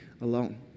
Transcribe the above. alone